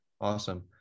Awesome